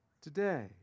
today